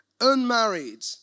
unmarried